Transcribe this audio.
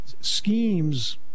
schemes